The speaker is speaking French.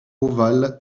ovale